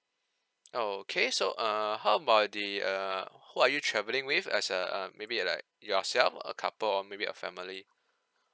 oh okay so uh how about the uh who are you travelling with as uh maybe like yourself a couple or maybe a family